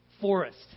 forest